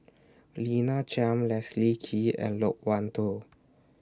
Lina Chiam Leslie Kee and Loke Wan Tho